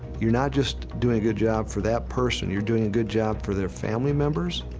you're not just doing a good job for that person. you're doing a good job for their family members,